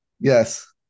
Yes